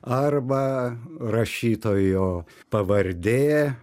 arba rašytojo pavardė